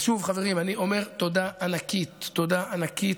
אז שוב, חברים, אני אומר תודה ענקית, תודה ענקית.